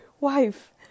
Wife